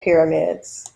pyramids